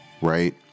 Right